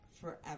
forever